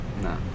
No